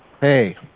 Hey